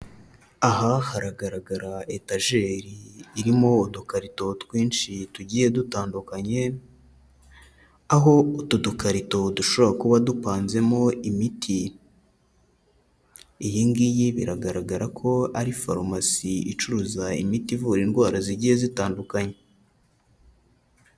Aha haragaragara etajeri irimo udukarito twinshi tugiye dutandukanye, aho utu dukarito dushobora kuba dupanzemo imiti, iyi ngiyi biragaragara ko ari farumasi icuruza imiti ivura indwara zigiye zitandukanye.